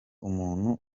umuntu